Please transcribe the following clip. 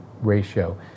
ratio